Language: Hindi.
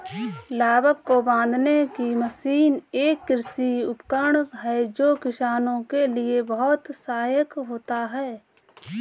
लावक को बांधने की मशीन एक कृषि उपकरण है जो किसानों के लिए बहुत सहायक होता है